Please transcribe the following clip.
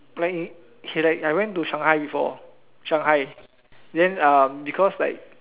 like okay like I went to Shanghai before Shanghai then because like